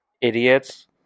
idiots